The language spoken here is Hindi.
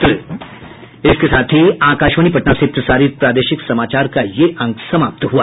इसके साथ ही आकाशवाणी पटना से प्रसारित प्रादेशिक समाचार का ये अंक समाप्त हुआ